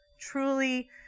truly